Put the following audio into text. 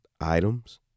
items